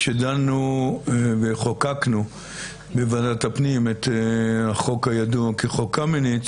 כשדנו וחוקקנו בוועדת הפנים את החוק הידוע כחוק קמיניץ,